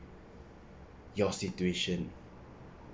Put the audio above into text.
your situation